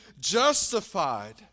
justified